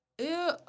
Ew